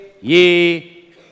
ye